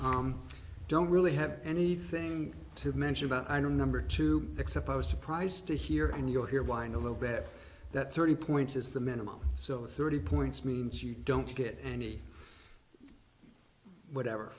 don't really have anything to mention about i don't number two except i was surprised to hear and you'll hear whine a little bit that thirty points is the minimum so thirty points means you don't get any whatever